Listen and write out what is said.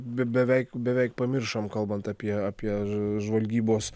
beveik beveik pamiršom kalbant apie apie žvalgybos